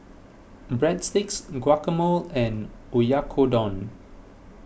Breadsticks Guacamole and Oyakodon